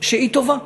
שהיא טובה.